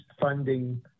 funding